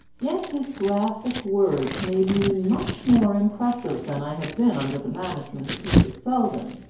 yet his graphic words made me much more impressive than i had been under the management of mrs. selldon.